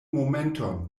momenton